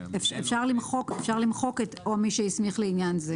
אפשר למחוק את "או מי שהסמיך לעניין זה"